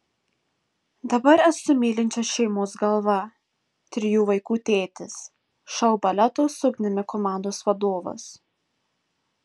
dabar esu mylinčios šeimos galva trijų vaikų tėtis šou baleto su ugnimi komandos vadovas